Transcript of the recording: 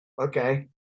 okay